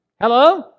Hello